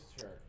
sure